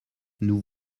nous